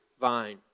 vine